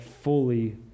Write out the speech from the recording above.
fully